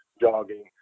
jogging